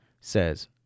says